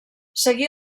seguí